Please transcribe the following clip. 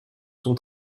son